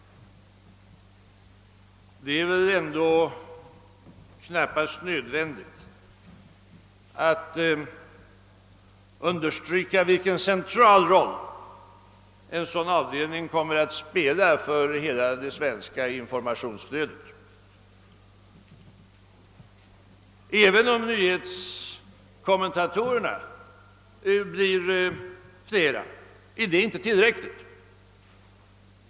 Det är väl knappast nödvändigt att understryka vilken central roll en sådan avdelning kommer att spela för hela den svenska nyhetsinformationen. Även om nyhetskommentatorerna blir flera, är det inte tillräckligt.